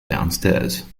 downstairs